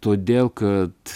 todėl kad